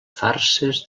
farses